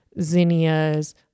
zinnias